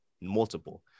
multiple